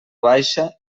baixa